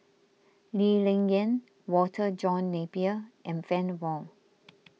Lee Ling Yen Walter John Napier and Fann Wong